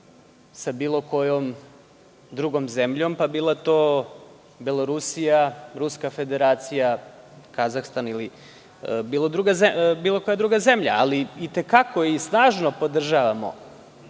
sa bilo kojom drugom zemljom, pa bila to Belorusija, Ruska Federacija, Kazahstan ili bilo koja druga zemlja. Ali, i te kako i snažno podržavamo